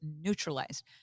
neutralized